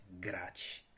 grać